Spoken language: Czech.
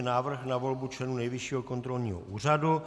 Návrh na volbu členů Nejvyššího kontrolního úřadu